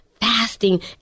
fasting